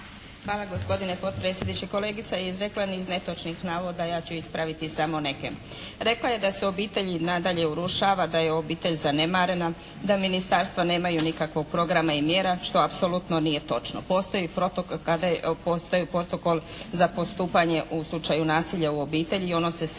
Hvala gospodine potpredsjedniče. Kolegica je izrekla niz netočnih navoda. Ja ću ispraviti samo neke. Rekla je da se obitelji nadalje urušava, da je obitelj zanemarena, da ministarstva nemaju nikakvog programa i mjera, što apsolutno nije točno. Postoji protokol za postupanje u slučaju nasilja u obitelji i ono se sve